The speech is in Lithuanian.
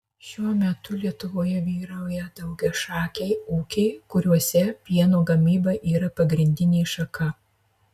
šiuo metu lietuvoje vyrauja daugiašakiai ūkiai kuriuose pieno gamyba yra pagrindinė šaka